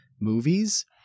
movies